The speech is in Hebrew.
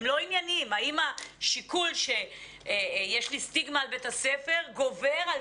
האם השיקול שיש לי סטיגמה על בית הספר גובר על